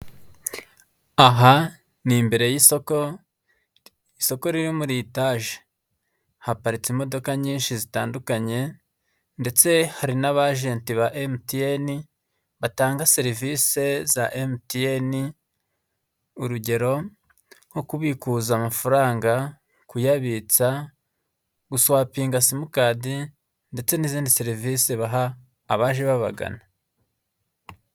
Aha ni imbere y'isoko, isoko riri muri Etage. Haparitse imodoka nyinshi zitandukanye ndetse hari n'abajenti ba MTN, batanga serivise za MTN, urugero: nko kubikuza amafaranga, kuyabitsa, guswapinga simukadi, ndetse n'izindi serivisi baha abaje babagana.